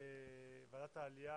ועדת העלייה,